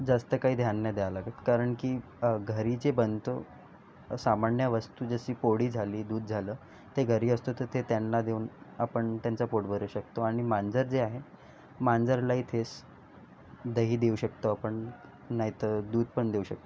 जास्त काही ध्यान नाही द्यावं लागत कारण की घरी जे बनतो सामान्य वस्तू जशी पोळी झाली दूध झालं ते घरी असतो तर ते त्यांना देऊन आपण त्यांचं पोट भरू शकतो आणि मांजर जे आहे मांजरालाही तेच दही देऊ शकतो आपण नाहीतर दूधपण देऊ शकतो